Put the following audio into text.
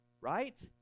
right